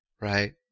right